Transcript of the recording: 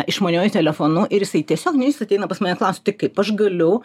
išmaniuoju telefonu ir jisai tiesiog nu jis ateina pas mane klausia tai kaip aš galiu